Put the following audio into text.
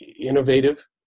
innovative